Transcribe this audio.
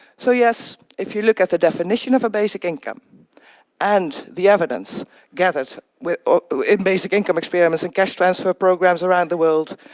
so yes, if you look at the definition of a basic income and the evidence gathered in basic income experiments and cash transfer programs around the world,